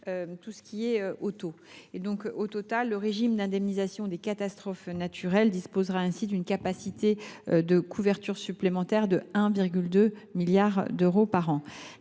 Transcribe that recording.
ou des contrats automobiles. Au total, le régime d’indemnisation des catastrophes naturelles disposera ainsi d’une capacité de couverture supplémentaire de 1,2 milliard d’euros par an.